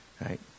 Right